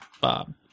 Bob